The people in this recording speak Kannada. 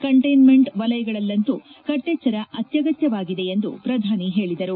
ಕಂಟ್ಲೆನ್ಮೆಂಟ್ ವಲಯಗಳಲಂತೂ ಕಟ್ಲೆಚ್ಚರ ಅತ್ಯಗತ್ನವಾಗಿದೆ ಎಂದು ಕ್ರಧಾನಿ ಹೇಳಿದರು